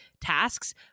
tasks